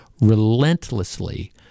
relentlessly